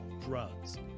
drugs